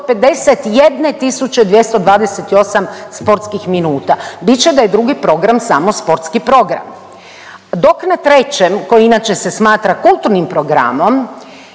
51.228 sportskih minuta. Bit će da je drugi program samo sportski program. Dok na trećem koji inače se smatra kulturnim programom